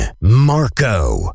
Marco